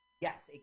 Yes